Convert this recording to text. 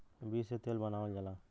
बीज से तेल बनावल जाला